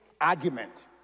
argument